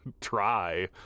try